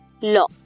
law